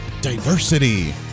diversity